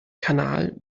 kanal